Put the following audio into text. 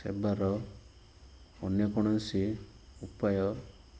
ସେବାର ଅନ୍ୟ କୌଣସି ଉପାୟ